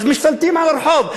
אז משתלטים על הרחוב.